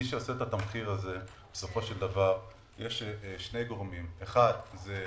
מי שעשה את התמחיר הזה זה שני גורמים: הראשון,